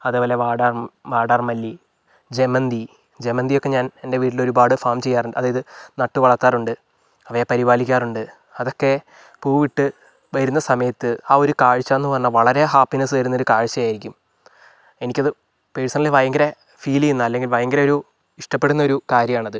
അതേപോലെ വാടാ വാടാർമല്ലി ജമന്തി ജമന്തിയൊക്കെ ഞാൻ എൻ്റെ വീട്ടില് ഒരുപാട് ഫാം ചെയ്യാറുണ്ട് അതായത് നട്ടുവളർത്താറുണ്ട് അവയെ പരിപാലിക്കാറുണ്ട് അതൊക്കെ പൂവിട്ട് വരുന്ന സമയത്ത് ആ ഒരു കാഴ്ച എന്ന് പറഞ്ഞാൽ വളരെ ഹാപ്പിനസ്സ് തരുന്നൊരു കാഴ്ച്ചയായിരിക്കും എനിക്കത് പേർസണലി ഭയങ്കര ഫീൽ ചെയ്യുന്ന അല്ലെങ്കിൽ ഭയങ്കര ഒരു ഇഷ്ട്ടപ്പെടുന്നൊരു കാര്യമാണത്